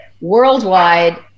worldwide